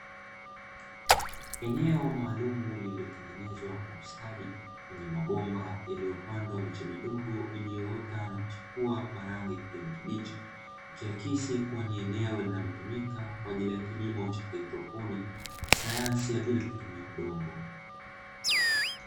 Eneo maalumu lililotengenezwa kwa ustadi, kwenye mabomba yaliyopandwa miche midogo iliyoota na kuchipua kwa rangi ya kijani kibichi, ikiakisi kuwa ni eneo linalotumika kwa ajili ya kilimo cha haidroponi ya sayansi ya bila kutumia udongo.